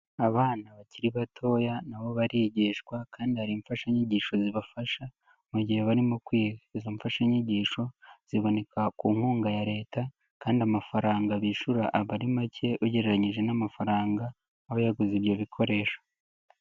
Abana bakiri batoya nabo barigishwa kandi hari imfashanyigisho zibafasha, mu gihe barimo kwiga, izo mfashanyigisho ziboneka ku nkunga ya Leta, kandi amafaranga bishyura aba ari make ugereranyije n'amafaranga abayaguze ibyo bikoresho.